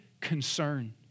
concern